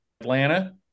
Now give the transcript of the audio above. atlanta